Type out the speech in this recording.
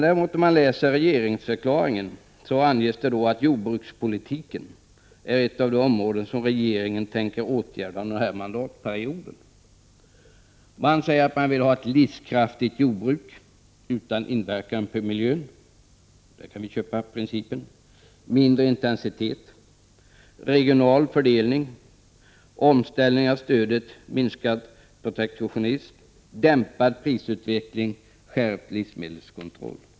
I regeringsförklaringen anges däremot att jordbrukspolitiken är ett av de områden som regeringen tänker åtgärda under den här mandatperioden. Man säger att man vill ha ett livskraftigt jordbruk utan inverkan på miljön — där kan vi köpa principen. Regeringen talar om mindre intensitet, regional fördelning, omställning av stödet, minskad protektionism, dämpad prisutveckling och skärpt livsmedelskontroll.